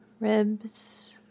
Ribs